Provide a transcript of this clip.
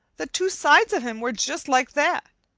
the two sides of im were just like that.